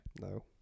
No